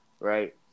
Right